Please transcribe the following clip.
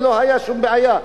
ולא היתה שום בעיה,